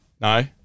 No